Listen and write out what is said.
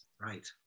Right